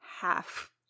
half